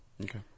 Okay